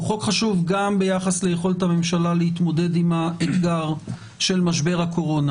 הוא חוק חשוב גם ביחס ליכולת הממשלה להתמודד עם האתגר של משבר הקורונה.